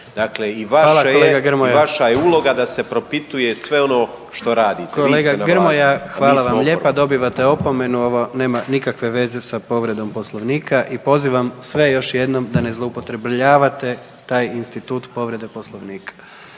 ste na vlasti, a mi smo oporba. **Jandroković, Gordan (HDZ)** Hvala vam lijepa, dobivate opomenu, ovo nema nikakve veze sa povredom Poslovnika, i pozivam sve još jednom da ne zloupotrebljavate taj institut povrede Poslovnika.